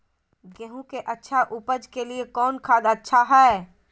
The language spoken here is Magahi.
गेंहू के अच्छा ऊपज के लिए कौन खाद अच्छा हाय?